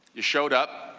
showed up.